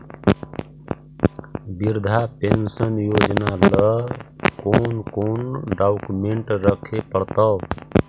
वृद्धा पेंसन योजना ल कोन कोन डाउकमेंट रखे पड़तै?